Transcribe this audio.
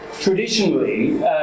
traditionally